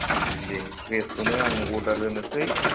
दे फ्रेसखौनो आं अर्दार होनोसै